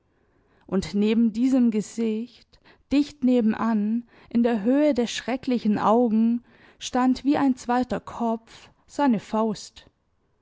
und neben diesem gesicht dicht nebenan in der höhe der schrecklichen augen stand wie ein zweiter kopf seine faust